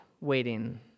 waiting